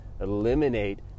eliminate